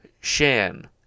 shan